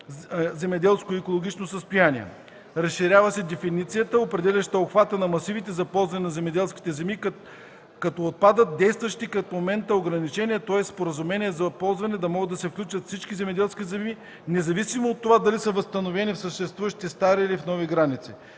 земеделско и екологично състояние. Разширява се дефиницията, определяща обхвата на масивите за ползване на земеделските земи, като отпадат действащи към момента ограничения, тоест споразумения за ползване да могат да се включат всички земеделски земи, независимо от това дали са възстановени в съществуващите стари или в нови граници.